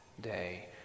day